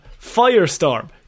Firestorm